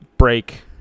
Break